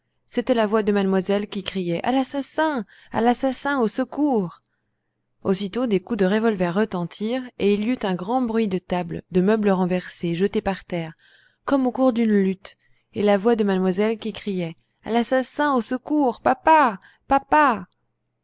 c'était la voix de mademoiselle qui criait à l'assassin à l'assassin au secours aussitôt des coups de revolver retentirent et il y eut un grand bruit de tables de meubles renversés jetés par terre comme au cours d'une lutte et encore la voix de mademoiselle qui criait à l'assassin au secours papa papa